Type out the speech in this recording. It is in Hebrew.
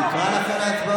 נקרא לכם להצבעות.